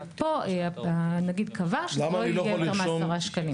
ופה הנגיד קבע שזה לא יהיה יותר מ-10 שקלים.